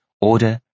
order